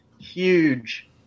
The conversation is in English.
huge